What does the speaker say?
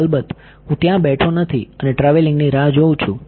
અલબત્ત હું ત્યાં બેઠો નથી અને ટ્રાવેલિંગની રાહ જોઉં છું